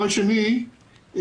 דבר שני,